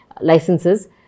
licenses